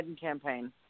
campaign